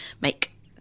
make